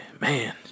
Man